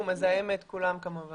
הוא מזהם את כולם כמובן,